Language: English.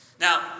Now